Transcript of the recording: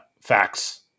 facts